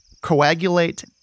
coagulate